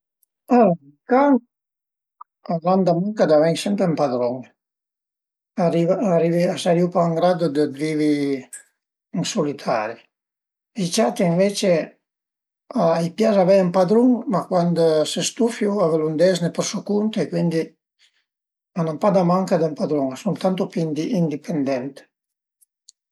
Alura i can al a damanca d'avei sempre ün padrun, arivé, a sarìun pa ën graddu dë vivi ën sulitaria, i ciat ënvece a i pias avei ën padrun, ma cuand a së stufiu a völu andesne për so cunt e cuindi al an pa damanca d'ën padrun, a sun tantu pi indipendent